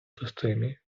системі